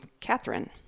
Catherine